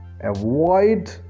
avoid